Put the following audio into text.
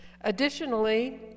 Additionally